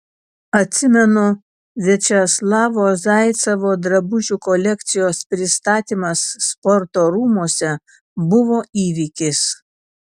atsimenu viačeslavo zaicevo drabužių kolekcijos pristatymas sporto rūmuose buvo įvykis